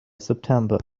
september